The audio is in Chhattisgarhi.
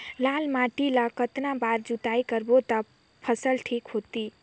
लाल माटी ला कतना बार जुताई करबो ता फसल ठीक होती?